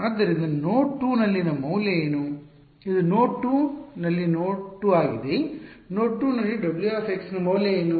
ಆದ್ದರಿಂದ ನೋಡ್ 2 ನಲ್ಲಿನ ಮೌಲ್ಯ ಏನು ಇದು ನೋಡ್ 2 ನಲ್ಲಿ ನೋಡ್ 2 ಆಗಿದೆ ನೋಡ್ 2 ನಲ್ಲಿ W ನ ಮೌಲ್ಯ ಏನು